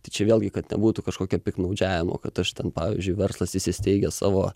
tai čia vėlgi kad nebūtų kažkokio piktnaudžiavimo kad aš ten pavyzdžiui verslas įsisteigia savo